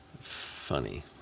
Funny